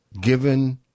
given